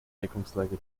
deckungsgleiche